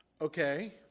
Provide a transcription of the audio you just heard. Okay